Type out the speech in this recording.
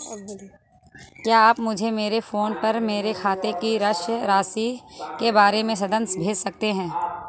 क्या आप मुझे मेरे फ़ोन पर मेरे खाते की शेष राशि के बारे में संदेश भेज सकते हैं?